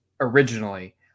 originally